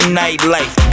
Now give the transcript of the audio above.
nightlife